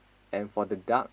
and for the dark